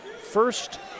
first